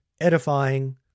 edifying